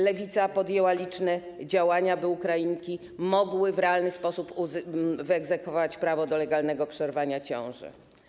Lewica podjęła liczne działania, by Ukrainki mogły w realny sposób wyegzekwować prawo do legalnego przerwania ciąży.